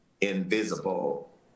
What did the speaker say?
invisible